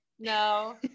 No